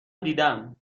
دیدم